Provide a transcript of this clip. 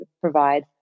provide